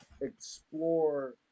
explore